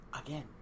Again